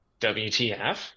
WTF